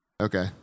Okay